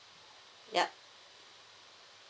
yup